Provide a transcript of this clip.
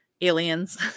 aliens